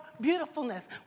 beautifulness